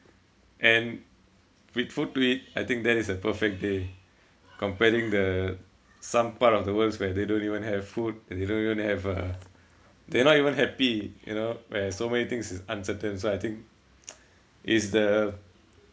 and with food to eat I think that is a perfect day comparing the some part of the worlds where they don't even have food and they don't even have uh they're not even happy you know where so many things is uncertain so I think it's the